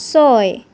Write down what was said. ছয়